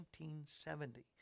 1970